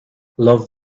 love